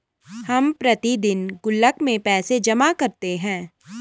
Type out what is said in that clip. हम प्रतिदिन गुल्लक में पैसे जमा करते है